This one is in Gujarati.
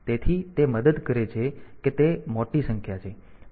તેથી તે મદદ કરે છે કે તે મોટી સંખ્યા છે